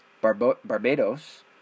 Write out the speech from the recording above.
Barbados